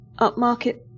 upmarket